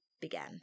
began